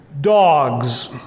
dogs